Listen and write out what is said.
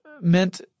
meant